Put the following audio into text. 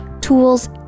tools